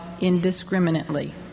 indiscriminately